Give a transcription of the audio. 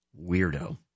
Weirdo